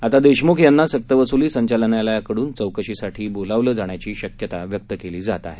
आता देशमुख यांना सक्तवसुली संचालनालयाकडून चौकशीसाठी बोलावलं जाण्याची शक्यता व्यक्त केली जात आहे